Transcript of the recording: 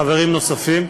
חברים נוספים,